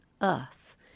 earth